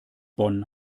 bonn